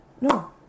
No